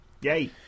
Yay